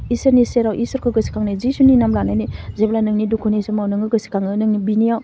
इसोरनि सेराव इसोरखौ गोसोखांनाय जिसुनि नाम लानानै जेब्ला नोंनि दुखुनि समाव नोङो गोसोखाङो नोङो बिनियाव